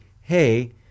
Hey